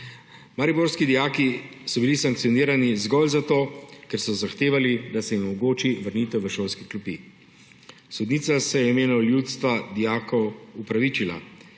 Mariborski dijaki so bili sankcionirani zgolj zato, ker so zahtevali, da se jim omogoči vrnitev v šolske klopi. Sodnica se je v imenu ljudstva dijakom opravičila.